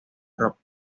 rock